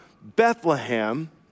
Bethlehem